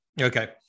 Okay